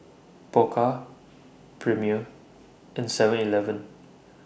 Pokka Premier and Seven Eleven